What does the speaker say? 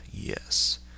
yes